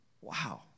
Wow